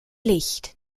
licht